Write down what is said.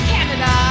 Canada